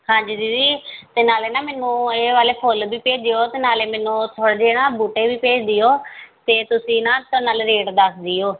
ਹਾਂਜੀ ਦੀਦੀ ਅਤੇ ਨਾਲੇ ਨਾ ਮੈਨੂੰ ਇਹ ਵਾਲੇ ਫੁੱਲ ਵੀ ਭੇਜਿਓ ਅਤੇ ਨਾਲੇ ਮੈਨੂੰ ਥੋੜ੍ਹੇ ਜਿਹੇ ਨਾ ਬੂਟੇ ਵੀ ਭੇਜ ਦਿਓ ਅਤੇ ਤੁਸੀਂ ਨਾ ਤਾਂ ਨਾਲੇ ਰੇਟ ਦੱਸ ਦਿਓ